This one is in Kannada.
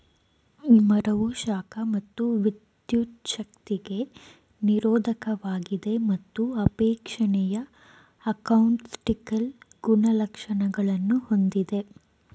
ಮರವು ಶಾಖ ಮತ್ತು ವಿದ್ಯುಚ್ಛಕ್ತಿಗೆ ನಿರೋಧಕವಾಗಿದೆ ಮತ್ತು ಅಪೇಕ್ಷಣೀಯ ಅಕೌಸ್ಟಿಕಲ್ ಗುಣಲಕ್ಷಣಗಳನ್ನು ಹೊಂದಿದೆ